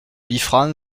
liffrand